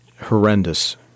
Horrendous